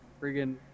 friggin